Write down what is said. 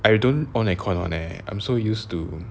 I don't on aircon [one] eh I'm so used to